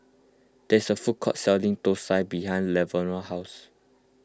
there is a food court selling Thosai behind Lavona's house